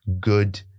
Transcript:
good